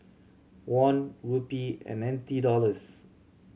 Won Rupee and N T Dollars